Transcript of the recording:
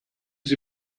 sie